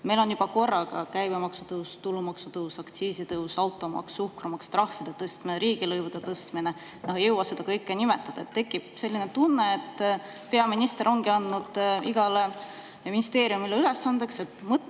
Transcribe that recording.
Meil on korraga käibemaksu tõus, tulumaksu tõus, aktsiiside tõus, automaks, suhkrumaks, trahvide tõstmine, riigilõivude tõstmine – ei jõua kõike nimetada. Tekib tunne, et peaminister on teinud igale ministeeriumile ülesandeks mõelda